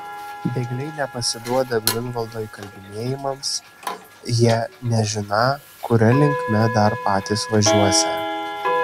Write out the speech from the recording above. bėgliai nepasiduoda griunvaldo įkalbinėjimams jie nežiną kuria linkme dar patys važiuosią